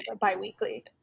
Bi-weekly